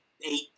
eight